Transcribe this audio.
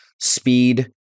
Speed